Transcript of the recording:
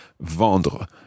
vendre